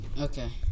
Okay